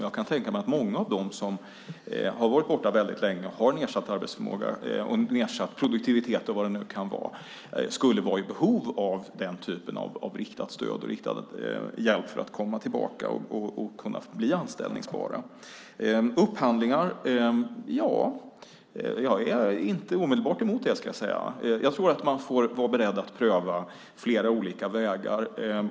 Jag kan tänka mig att många av dem som har varit borta väldigt länge, har nedsatt arbetsförmåga och nedsatt produktivitet skulle vara i behov av den typen av riktat stöd och riktad hjälp för att komma tillbaka och bli anställningsbara. Jag är inte omedelbart emot upphandlingar. Jag tror att man får vara beredd att pröva flera olika vägar.